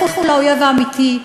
לכו לאויב האמיתי,